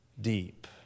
deep